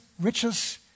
riches